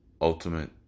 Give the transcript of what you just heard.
ultimate